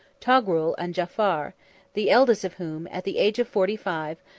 togrul and jaafar the eldest of whom, at the age of forty-five,